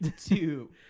two